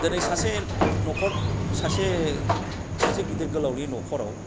दिनै सासे न'खर सासे सासे गिदिर गोलावनि न'खराव